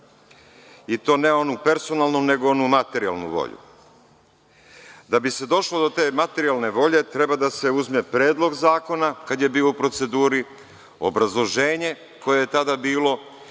i to ne onu personalnu, nego onu materijalnu volju. Da bi se došlo do te materijalne volje, treba da se uzme predlog zakona kada je bio u proceduri, obrazloženje koje je tada bilo